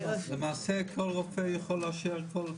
למעשה כל רופא יכול לאשר כל תרופה.